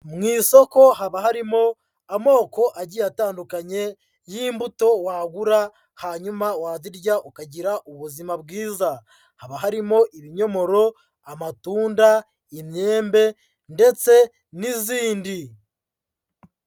Mu isoko haba harimo amoko agiye atandukanye y'imbuto wagura, hanyuma wazirya ukagira ubuzima bwiza. Haba harimo ibinyomoro, amatunda, imyembe ndetse n'izindi.